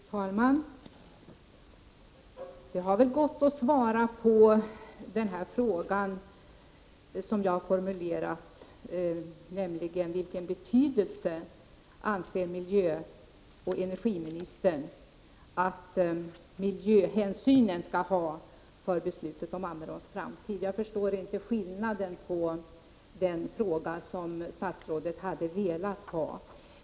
Fru talman! Det hade väl gått att svara på den fråga som jag har formulerat, nämligen vilken betydelse miljöoch energiministern anser att miljöhänsynen skall ha för beslutet om Ammeråns framtid. Jag förstår inte skillnaden mellan den och den fråga som statsrådet hade velat ha.